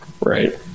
Right